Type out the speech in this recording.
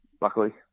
luckily